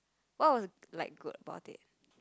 what was like good about it